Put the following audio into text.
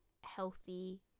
healthy